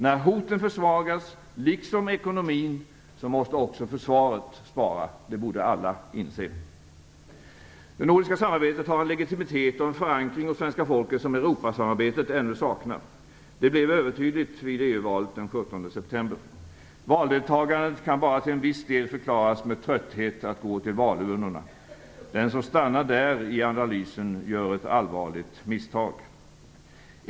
När hoten försvagas, liksom ekonomin, måste också försvaret spara - det borde alla inse. Det nordiska samarbetet har en legitimitet och förankring hos svenska folket som Europasamarbetet ännu saknar. Det blev övertydligt vid EU-valet den 17 september. Valdeltagandet kan bara till en viss del förklaras med "trötthet" att gå till valurnorna. Den som stannar där i analysen gör ett allvarligt misstag.